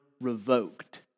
revoked